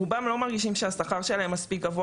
רובם לא מרגישים שהשכר שלהם מספיק גבוה